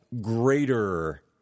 greater